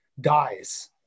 dies